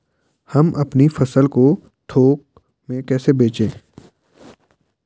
हम अपनी फसल को थोक में कैसे बेचें?